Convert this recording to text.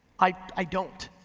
i don't,